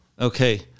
okay